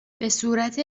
بهصورت